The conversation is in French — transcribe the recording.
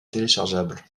téléchargeable